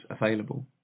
available